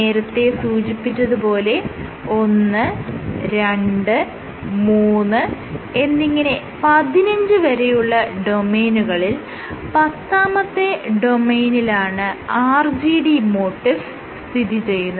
നേരത്തെ സൂചിപ്പിച്ചത് പോലെ 1 2 3 എന്നിങ്ങനെ 15 വരെയുള്ള ഡൊമെയ്നുകളിൽ പത്താമത്തെ ഡൊമെയ്നിലാണ് RGD MOTIF സ്ഥിതിചെയ്യുന്നത്